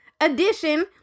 edition